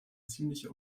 ziemliche